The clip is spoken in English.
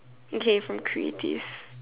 okay from creative